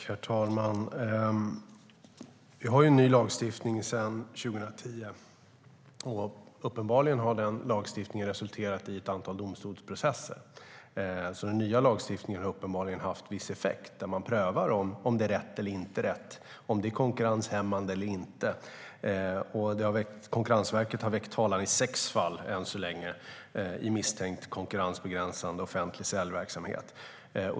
Herr talman! Vi har en ny lagstiftning sedan 2010, och den har bevisligen resulterat i ett antal domstolsprocesser. Den nya lagstiftningen har alltså uppenbarligen viss effekt - man prövar om det är rätt eller inte rätt och om det är konkurrenshämmande eller inte. Konkurrensverket har än så länge väckt talan i sex fall av misstänkt konkurrensbegränsande offentlig säljverksamhet.